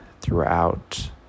throughout